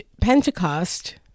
Pentecost